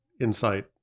insight